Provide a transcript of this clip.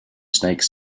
snake